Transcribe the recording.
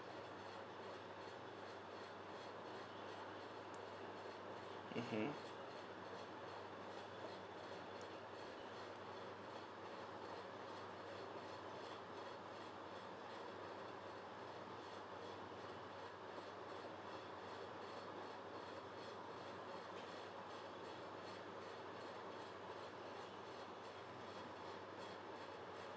mmhmm